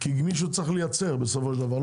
כי מישהו צריך לייצר בסופו של דבר,